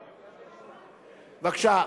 בבקשה,